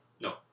no